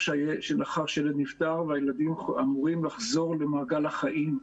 שילד נפטר והילדים אמורים לחזור למעגל החיים.